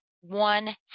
one